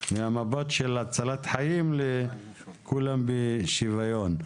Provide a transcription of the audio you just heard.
מהמבט של הצלת חיים לכולם בשוויון.